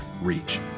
reach